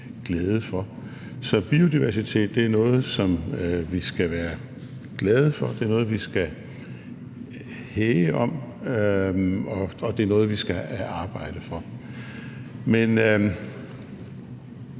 glæde for. Så biodiversitet er noget, som vi skal være glade for, det er noget, som vi skal hæge om, og det er noget, som vi skal arbejde for. Men